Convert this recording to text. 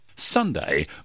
Sunday